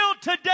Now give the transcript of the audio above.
today